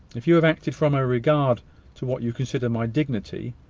if you have acted from a regard to what you consider my dignity,